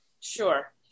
Sure